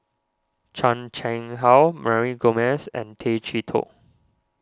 Chan Chang How Mary Gomes and Tay Chee Toh